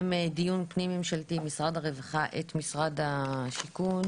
דיון פנים ממשלתי משרד הרווחה את משרד השיכון.